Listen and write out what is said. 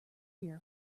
fear